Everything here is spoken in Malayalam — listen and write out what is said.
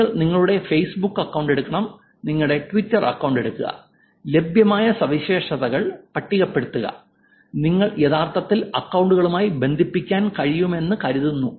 നിങ്ങൾ നിങ്ങളുടെ ഫേസ്ബുക്ക് അക്കൌണ്ട് എടുക്കണം നിങ്ങളുടെ ട്വിറ്റർ അക്കൌണ്ട് എടുക്കുക ലഭ്യമായ സവിശേഷതകൾ പട്ടികപ്പെടുത്തുക നിങ്ങൾക്ക് യഥാർത്ഥത്തിൽ അക്കൌണ്ടുകളുമായി ബന്ധിപ്പിക്കാൻ കഴിയുമെന്ന് കരുതുന്നു